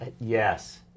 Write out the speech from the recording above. Yes